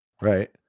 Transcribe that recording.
right